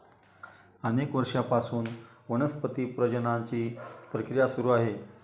अनेक वर्षांपासून वनस्पती प्रजननाची प्रक्रिया सुरू आहे